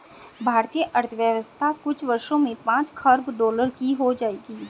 भारतीय अर्थव्यवस्था कुछ वर्षों में पांच खरब डॉलर की हो जाएगी